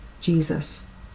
Jesus